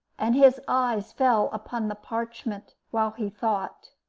and his eyes fell upon the parchment while he thought.